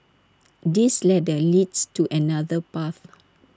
this ladder leads to another path